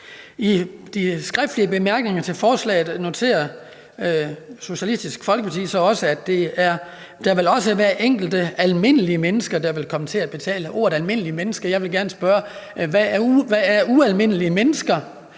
I de skriftlige bemærkninger til forslaget noterer Socialistisk Folkeparti også, at der også vil være enkelte almindelige mennesker, der vil komme til at betale. Med hensyn til ordet almindeligt menneske vil jeg gerne spørge: Hvad er ualmindelige mennesker?